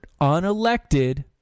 unelected